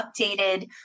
updated